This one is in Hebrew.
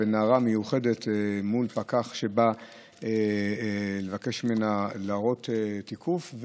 נערה מיוחדת מול פקח שבא לבקש ממנה להראות תיקוף,